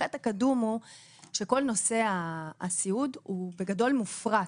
החטא הקדום הוא שכל נושא הסיעוד הוא בגדול מופרט.